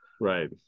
right